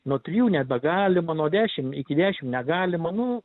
nuo trijų nebegalima nuo dešim iki dešim negalima nu